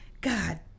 God